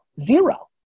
zero